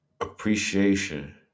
appreciation